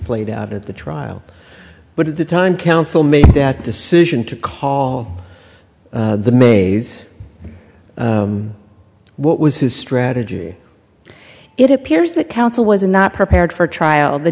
played out at the trial but at the time counsel made that decision to call the maze what was his strategy it appears that counsel was not prepared for trial the